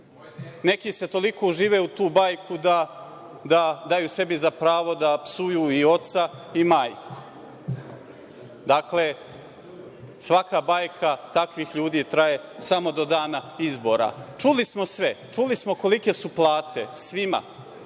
Neki se toliko užive u tu bajku da daju sebi za pravo da psuju i oca i majku. Dakle, svaka bajka takvih ljudi traje samo do dana izbora. Čuli smo sve. Čuli smo kolike su plate svima.